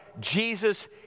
Jesus